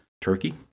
Turkey